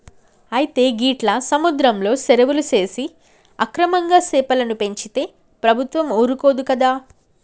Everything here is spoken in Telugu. అయితే గీట్ల సముద్రంలో సెరువులు సేసి అక్రమంగా సెపలను పెంచితే ప్రభుత్వం ఊరుకోదు కదా